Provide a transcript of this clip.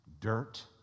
Dirt